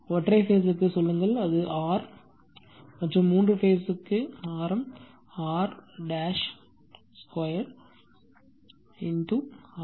ஒற்றை பேஸ் ற்கு சொல்லுங்கள் அது ஆர் மற்றும் மூன்று பேஸ் ஆரம் ஆர் 2 ஆர்